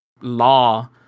law